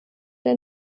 der